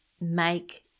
make